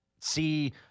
see